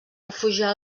refugiar